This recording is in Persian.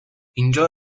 اینجا